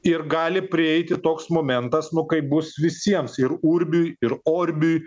ir gali prieiti toks momentas nu kaip bus visiems ir urbiui orbiui